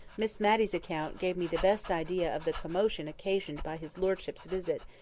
miss matty's account gave me the best idea of the commotion occasioned by his lordship's visit,